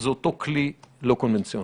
זה אותו כלי לא קונבנציונלי.